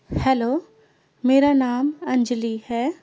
hello میرا نام انجلی ہے